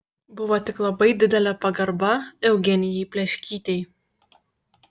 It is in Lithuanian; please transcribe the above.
buvo tik labai didelė pagarba eugenijai pleškytei